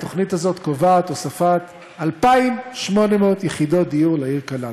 התוכנית הזאת קובעת הוספת 2,800 יחידות דיור לעיר קלנסואה,